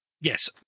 Yes